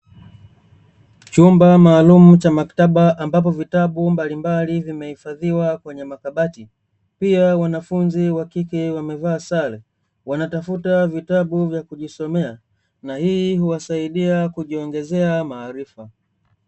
Chumba maalumu cha maktaba ambapo vitabu mbalimbali vimehifadhiwa kwenye makabati, pia wanafunzi wa kike wamevaa sare wanatafuta vitabu vya kujisomea na hii huwasaidia kujiongezea maarifa.